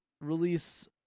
release